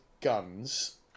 guns